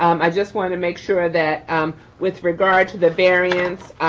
um i just wanna make sure that with regard to the variance,